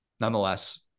nonetheless